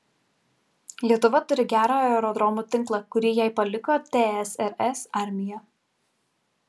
lietuva turi gerą aerodromų tinklą kurį jai paliko tsrs armija